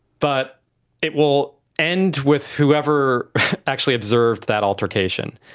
but it will end with whoever actually observed that altercation.